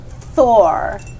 Thor